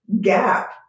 gap